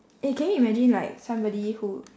eh can you imagine like somebody who